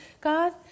God